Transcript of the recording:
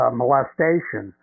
molestation